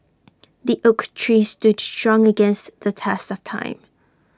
the oak tree stood strong against the test of time